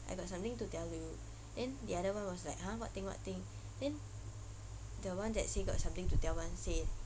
I got something to tell you then the other one was like !huh! what thing what thing then the one that say got something to tell [one] say